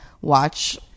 watch